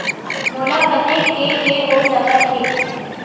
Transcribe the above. मोला कतेक के के हो सकत हे?